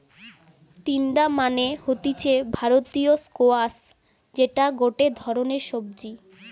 তিনডা মানে হতিছে ভারতীয় স্কোয়াশ যেটা গটে ধরণের সবজি